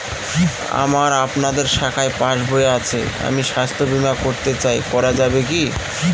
আমার আপনাদের শাখায় পাসবই আছে আমি স্বাস্থ্য বিমা করতে চাই করা যাবে কি?